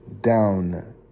down